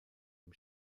dem